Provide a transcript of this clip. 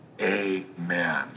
amen